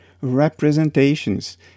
representations